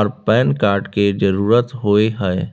आर PAN card के जरुरत होय हय